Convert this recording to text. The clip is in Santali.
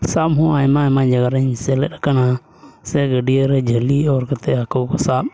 ᱥᱟᱵ ᱦᱚᱸ ᱟᱭᱢᱟᱼᱟᱭᱢᱟ ᱡᱟᱭᱜᱟ ᱨᱮᱧ ᱥᱮᱞᱮᱫ ᱟᱠᱟᱱᱟ ᱥᱮ ᱜᱟᱹᱰᱭᱟᱹᱨᱮ ᱡᱷᱟᱹᱞᱤ ᱚᱨ ᱠᱟᱛᱮᱫ ᱦᱟᱹᱠᱩ ᱠᱚ ᱥᱟᱵ